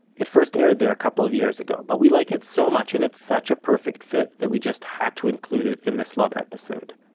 it first aired there a couple of years ago, but we like it so much, and it's such a perfect fit, that we just had to include it in this love episode.